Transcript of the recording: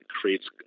creates